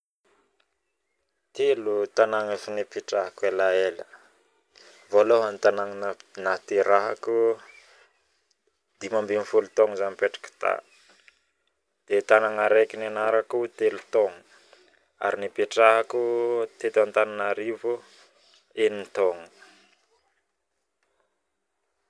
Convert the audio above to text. Telo tanagna efa nipetrahako elaela: voalohany tanagna niterahako dimy ambin'ny folo zaho nipetraka tao dia tanagna araiky nianarako telo taogno ary nipetrahako teto antananarivo eni taogno